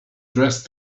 dressed